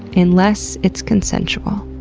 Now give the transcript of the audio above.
and unless it's consensual.